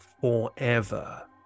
forever